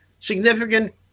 significant